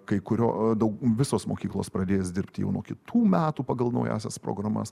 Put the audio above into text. kai kurio daug visos mokyklos pradės dirbti jau nuo kitų metų pagal naująsias programas